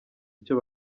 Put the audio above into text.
icyo